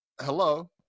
hello